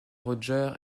roger